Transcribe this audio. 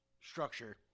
structure